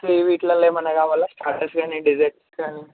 మీకు వీటిలల్లో ఏమైనా కావాలా స్టాటస్ కానీ డెసర్ట్స్ కానీ